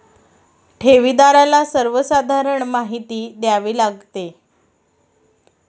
ठेवीदाराला सर्वसाधारण माहिती द्यावी लागते